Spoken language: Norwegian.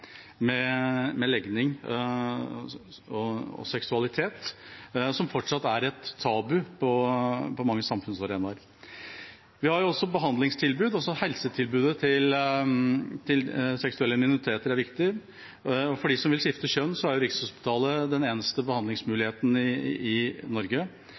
legning og seksualitet, som fortsatt er et tabu på mange samfunnsarenaer. Vi har også behandlingstilbud. Helsetilbudet til seksuelle minoriteter er viktig, og for dem som vil skifte kjønn, er Rikshospitalet den eneste behandlingsmuligheten i Norge.